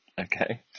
Okay